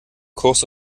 kurs